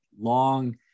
long